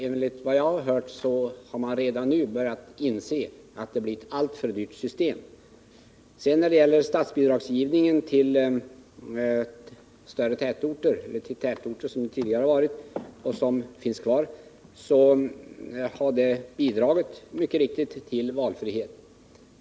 Enligt vad jag har hört har man redan nu börjat inse att det blir ett alltför dyrt system. Statsbidragsgivningen till större tätorter har mycket riktigt medfört valfrihet.